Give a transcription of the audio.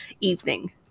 evening